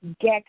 get